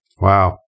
Wow